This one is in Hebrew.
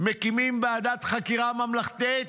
מקימים ועדת חקירה ממלכתית?